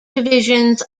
divisions